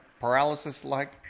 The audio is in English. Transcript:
Paralysis-like